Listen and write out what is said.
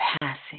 passing